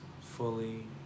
fully